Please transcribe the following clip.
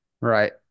Right